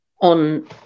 on